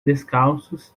descalços